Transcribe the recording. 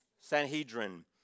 Sanhedrin